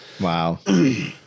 Wow